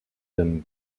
them